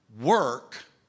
work